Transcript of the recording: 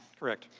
correct.